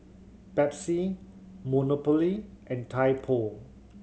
Pepsi Monopoly and Typo